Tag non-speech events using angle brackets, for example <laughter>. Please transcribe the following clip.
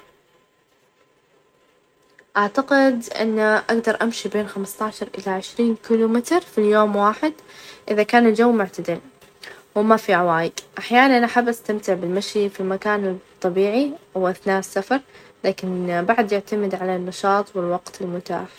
ا <noise> الدرجات الحرارة الأمثل خلال النهار تكون حوالي أربعة وعشرين إلى ستة وعشرين درجة مئوية؛ لإنها مريحة للنشاطات خارجية أما خلال الليل ثمنتعشر إلى عشرين درجة مئوية تكون مثالية؛ لإنها تعطي جو هادي، وراحة أثناء النوم، طبعًا هذي الأرقام تختلف حسب الأفراد، والمناطق، بس بشكل عام هذي الأرقام مريحة.